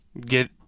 get